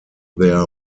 their